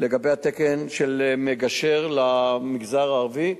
לגבי התקן של מגשר למגזר הערבי,